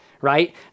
right